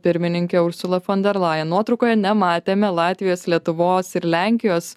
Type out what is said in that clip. pirmininkę ursulą fon der lajen nuotraukoje nematėme latvijos lietuvos ir lenkijos